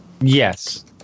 Yes